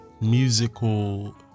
musical